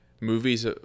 movies